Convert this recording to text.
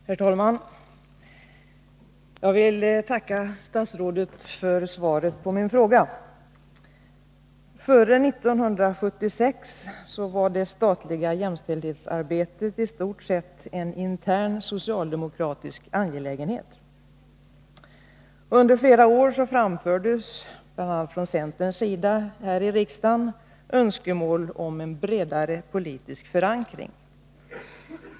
Herr talman! Jag vill tacka statsrådet för svaret på min fråga. Före 1976 var det statliga jämställdhetsarbetet i stort sett en intern socialdemokratisk angelägenhet. Under flera år framfördes här i riksdagen, bl.a. från centerns sida, önskemål om en bredare politisk förankring.